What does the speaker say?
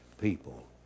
people